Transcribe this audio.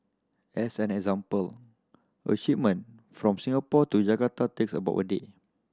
as an example a shipment from Singapore to Jakarta takes about a day